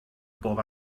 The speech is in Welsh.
bob